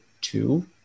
two